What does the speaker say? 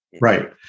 right